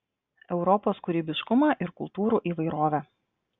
europos kūrybiškumą ir kultūrų įvairovę